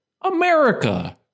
America